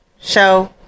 show